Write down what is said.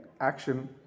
action